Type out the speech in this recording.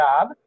job